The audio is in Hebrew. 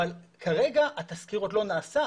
אבל כרגע התסקיר עוד לא נעשה,